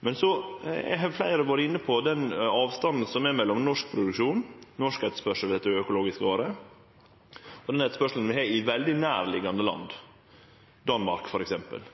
Men så har fleire vore inne på avstanden mellom norsk produksjon, norsk etterspørsel etter økologiske varer og den etterspørselen vi har i veldig nærliggjande land, f.eks. Danmark.